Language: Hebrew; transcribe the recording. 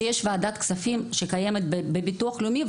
שיש וועדת כספים שקיימת בביטוח לאומי,